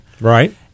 right